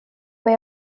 men